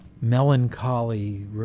melancholy